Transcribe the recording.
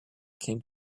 came